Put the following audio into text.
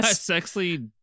Sexy